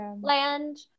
land